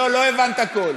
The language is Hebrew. לא, לא הבנת הכול.